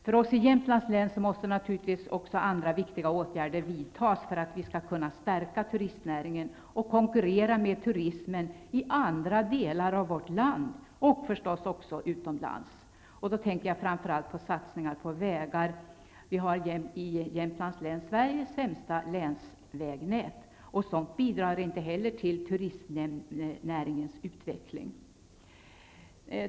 För oss i Jämtlands län måste också andra viktiga åtgärder vidtas för att vi skall kunna stärka turistnäringen och konkurrera med turismen i andra delar av vårt land och också utomlands. Jag tänker framför allt på satsningar på vägar. Vi har i Jämtlands län Sveriges sämsta länsvägnät. Det bidrar inte heller till turistnäringens utveckling.